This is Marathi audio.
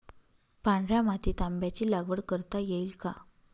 पांढऱ्या मातीत आंब्याची लागवड करता येईल का?